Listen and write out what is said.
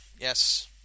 yes